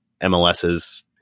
MLS's